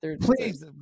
please